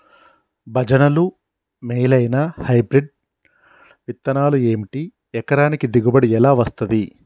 భజనలు మేలైనా హైబ్రిడ్ విత్తనాలు ఏమిటి? ఎకరానికి దిగుబడి ఎలా వస్తది?